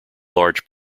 large